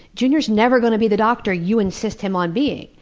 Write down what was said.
junior is never going to be the doctor you insist him on being.